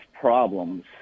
problems